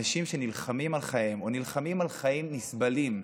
אנשים שנלחמים על חייהם או נלחמים על חיים נסבלים,